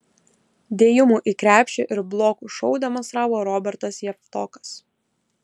dėjimų į krepšį ir blokų šou demonstravo robertas javtokas